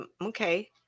okay